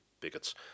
bigots